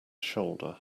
shoulder